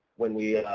when we, ah,